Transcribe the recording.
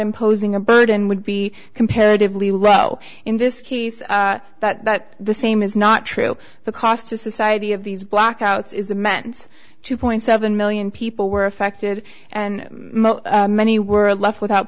imposing a burden would be comparatively low in this case that the same is not true the cost to society of these blackouts is immense two point seven million people were affected and many were left without